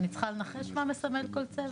אני צריכה לנחש מה מסמל כל צבע?